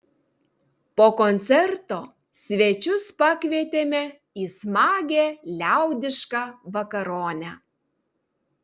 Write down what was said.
po koncerto svečius pakvietėme į smagią liaudišką vakaronę